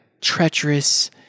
treacherous